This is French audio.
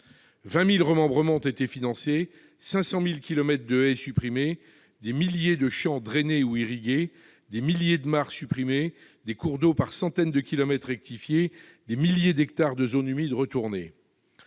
20 000 remembrements ont été financés, 500 000 kilomètres de haies supprimés, des milliers de champs drainés ou irrigués, des milliers de mares supprimées, des centaines de kilomètres de cours d'eau rectifiés et des milliers d'hectares de zones humides retournés.